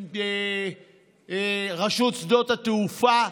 רשות שדות התעופה,